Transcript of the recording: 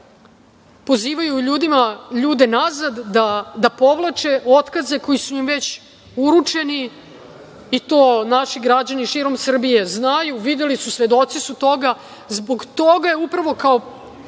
pozivaju ljude nazad, da povlače otkaze koje su im već uručeni. To naši građani širom Srbije znaju, videli su, svedoci su toga. Zbog toga je upravo kao